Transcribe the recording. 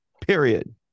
period